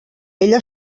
ella